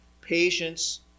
Patience